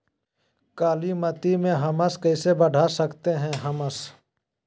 कालीमती में हमस कैसे बढ़ा सकते हैं हमस?